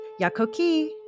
Yakoki